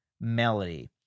melody